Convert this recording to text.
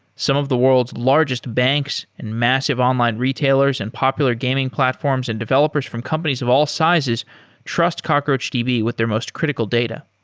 some of the world's largest banks and massive online retailers and popular gaming platforms and developers from companies of all sizes trust cockroachdb with their most critical data.